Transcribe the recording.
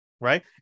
right